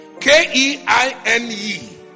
K-E-I-N-E